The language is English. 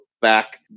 back